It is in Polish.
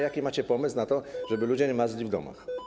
Jaki macie pomysł na to, żeby ludzie nie marzli w domach?